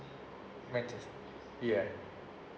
manches~ ya